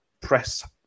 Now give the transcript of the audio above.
press